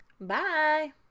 Bye